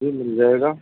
جی مل جائے گا